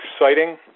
exciting